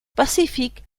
pacific